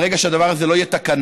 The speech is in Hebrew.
ברגע שהדבר הזה לא יהיה תקנה,